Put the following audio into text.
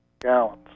gallons